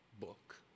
book